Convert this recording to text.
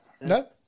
no